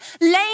lame